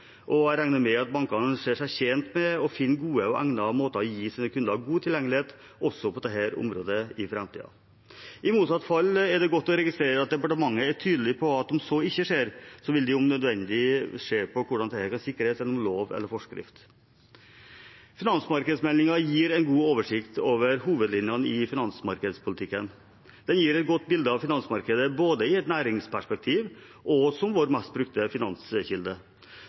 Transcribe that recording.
Jeg regner med at bankene ser seg tjent med å finne gode og egnede måter å gi kundene sine god tilgjengelighet på også på dette området i framtiden. I motsatt fall er det godt å registrere at departementet er tydelig på at om så ikke skjer, vil de om nødvendig se på hvordan dette kan sikres gjennom lov eller forskrift. Finansmarkedsmeldingen gir en god oversikt over hovedlinjene i finansmarkedspolitikken. Den gir et godt bilde av finansmarkedet, både i et næringsperspektiv og som vår mest brukte finanskilde.